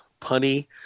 punny